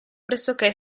pressoché